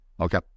Okay